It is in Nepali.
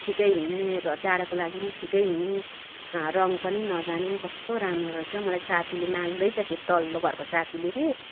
ठिकै हुने जाडोको लागि पनि ठिकै हुने ररङ्ग पनि नजाने कस्तो राम्रो रहेछ मलाई साथीले माग्दैछ फेरि तल्लो घरको साथीले कि